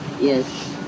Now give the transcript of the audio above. yes